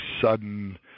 sudden